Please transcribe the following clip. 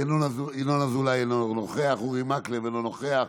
ינון אזולאי, אינו נוכח, אורי מקלב, אינו נוכח,